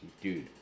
Dude